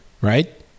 right